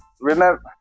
Remember